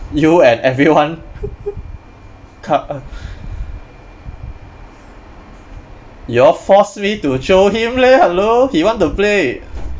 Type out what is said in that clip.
you and everyone k~ uh you all forced me to jio him leh hello he want to play